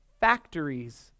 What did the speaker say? factories